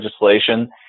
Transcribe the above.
legislation